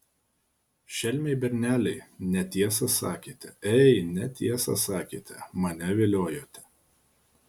šelmiai berneliai netiesą sakėte ei netiesą sakėte mane viliojote